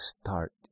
start